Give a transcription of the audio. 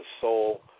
Soul